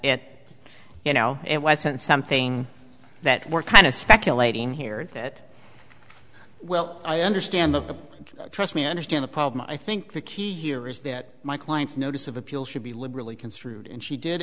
it you know it wasn't something that we're kind of speculating here that well i understand the trust me i understand the problem i think the key here is that my client's notice of appeal should be liberally construed and she did